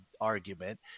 argument